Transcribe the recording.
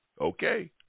Okay